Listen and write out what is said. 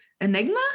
enigma